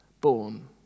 born